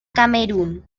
camerún